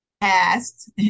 past